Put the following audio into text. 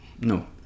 no